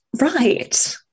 Right